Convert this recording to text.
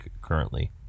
currently